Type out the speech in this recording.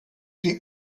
die